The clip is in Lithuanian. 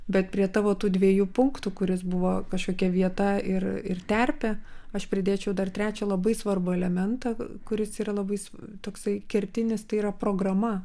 bet prie tavo tų dviejų punktų kuris buvo kažkokia vieta ir ir terpė aš pridėčiau dar trečią labai svarbų elementą kuris yra labai toksai kertinis tai yra programa